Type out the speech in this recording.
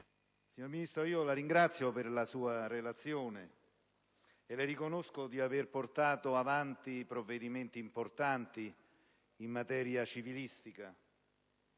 Signor Ministro, la ringrazio per la sua relazione e le riconosco di avere portato avanti provvedimenti importanti in materia civilistica.